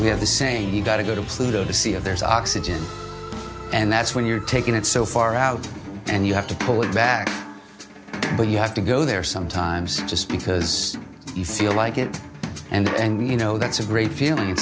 we have the same you got to go to pluto to see if there's oxygen and that's when you're taking it so far out and you have to pull it back but you have to go there sometimes just because you feel like it and then you know that's a great feeling